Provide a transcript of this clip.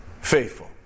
faithful